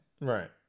Right